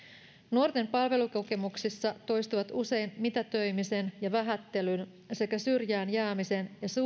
nuorten palvelukokemuksissa toistuvat usein mitätöimisen ja vähättelyn sekä syrjään jäämisen ja